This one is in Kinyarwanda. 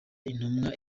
intumwa